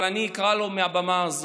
אבל אני אקרא לו מהבמה הזאת: